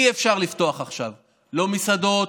אי-אפשר לפתוח עכשיו לא מסעדות,